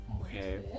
Okay